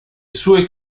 sue